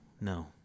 no